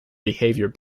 behavior